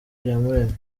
iyamuremye